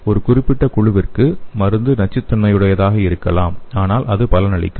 ஒரு குறிப்பிட்ட குழுவிற்கு மருந்து நச்சுத்தன்மையுடையதாக இருக்கலாம் ஆனால் அது பலனளிக்கும்